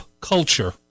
culture